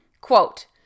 Quote